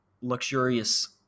luxurious